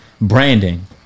branding